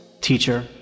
teacher